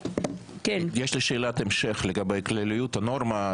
יש לי שאלת המשך לגבי כלליות הנורמה,